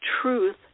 truth